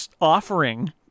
offering